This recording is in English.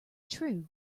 true